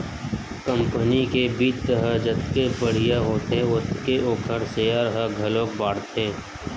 company के बित्त ह जतके बड़िहा होथे ओतके ओखर सेयर ह घलोक बाड़थे